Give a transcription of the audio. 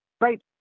right